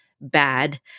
bad